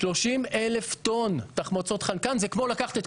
30 אלף טון תחמוצות חנקן זה כמו לקחת את